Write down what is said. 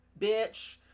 bitch